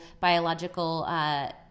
biological